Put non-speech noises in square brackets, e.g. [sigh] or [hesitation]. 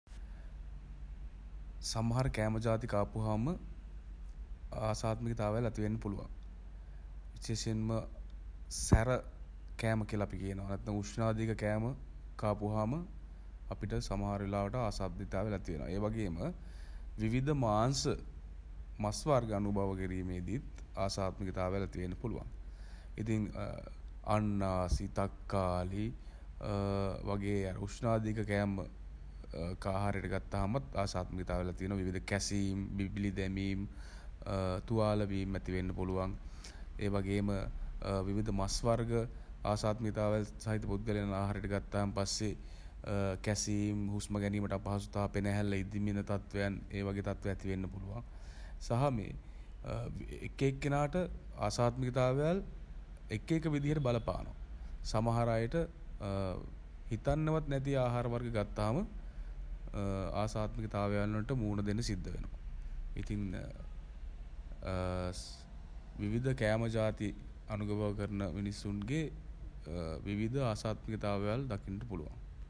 සමහර කෑම ජාති කාපුහම [hesitation] ආසාත්මිකතාවයල් ඇති වෙන්න පුළුවන්. විශේෂෙන්ම [hesitation] සැර [hesitation] කෑම කියල අපි කියනවා. නැත්තම් උෂ්ණ අධික කෑම [hesitation] කාපුහාම [hesitation] අපිට සමහර වෙලාවට ආසාත්මිකතාවයල් ඇති වෙනවා. ඒ වගේම [hesitation] විවිධ මාංශ [hesitation] මස් වර්ග අනුභව කිරීමේදීත් ආසාත්මිකතාවයල් ඇති වෙන්න පුළුවන්. ඉතින් [hesitation] අන්නාසි [hesitation] තක්කාලි [hesitation] වගේ උෂ්ණාධික කෑම [hesitation] ආහාරයට ගත්තාමත් ආසාත්මිකතාවයල් ඇති වෙනවා. විවිධ කැසීම් [hesitation] බිබිලි දැමීම් [hesitation] තුවාල වීම් ඇති වෙන්න පුළුවන්. ඒ වගේම [hesitation] විවිධ මස් වර්ග ආසාත්මිකතාවයල් සහිත පුද්ගලයන් ආහාරයට ගත්තන් පස්සේ [hesitation] කැසීම් [hesitation] හුස්ම ගැනීමට අපහසුතා පෙණහැල්ල ඉදිමෙන් තත්වයන් ඒ වගේ තත්ව ඇති වෙන්න පුළුවන්. සහ මේ [hesitation] එක එක්කෙනාට ආසාත්මිකතාවයල් එක එක විදිහට බලපානවා. සමහර අයට [hesitation] හිතන්නෙවත් නැති ආහාර වර්ග ගත්තාම [hesitation] ආසාත්මිකතාවයන් වලට මුහුණ දෙන්න සිද්ධ වෙනවා. ඉතින් [hesitation] විවිධ කෑම ජාති [hesitation] අනුභව කරන මිනිසුන්ගේ [hesitation] විවිධ ආසාත්මිකතාවයල් දකින්නට පුළුවන්.